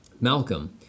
Malcolm